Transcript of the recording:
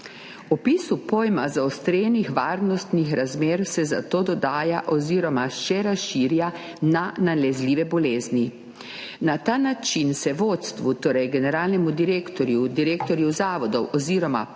Opis pojma zaostrenih varnostnih razmer se zato še razširja na nalezljive bolezni. Na ta način se vodstvu, torej generalnemu direktorju, direktorju zavodov oziroma prevzgojnih